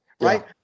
right